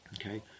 okay